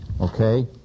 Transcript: Okay